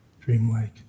dreamlike